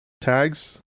tags